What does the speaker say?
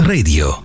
Radio